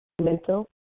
mental